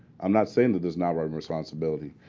i'm not saying that there's not our own responsibility.